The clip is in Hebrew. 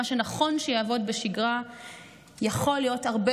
ומה שנכון שיעבוד בשגרה יכול להיות הרבה